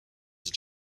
îles